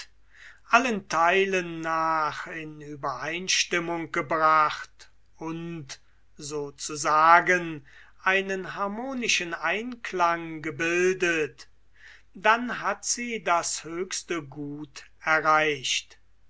allen theilen nach in uebereinstimmung gebracht und so zu sagen einen harmonischen einklang gebildet dann hat sie das höchste gut erreicht